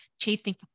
chasing